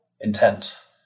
intense